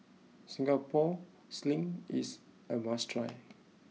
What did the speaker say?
Singapore Sling is a must try